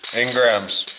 in grams,